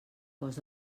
cost